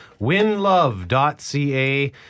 winlove.ca